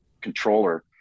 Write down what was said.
controller